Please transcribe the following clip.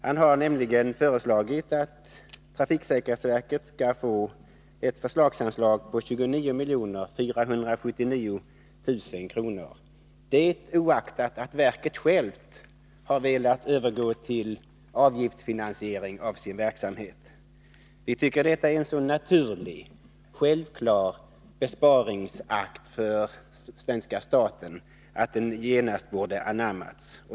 Han har nämligen föreslagit att trafiksäkerhetsverket skall få ett förslagsanslag på 29 479 000 kr., det oaktat att verket självt velat övergå till avgiftsfinansiering av sin verksamhet. Vi tycker att detta är en så naturlig och självklar besparingsakt för svenska staten att förslaget genast borde ha anammats.